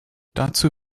dazu